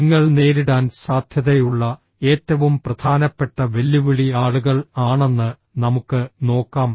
നിങ്ങൾ നേരിടാൻ സാധ്യതയുള്ള ഏറ്റവും പ്രധാനപ്പെട്ട വെല്ലുവിളി ആളുകൾ ആണെന്ന് നമുക്ക് നോക്കാം